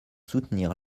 soutenir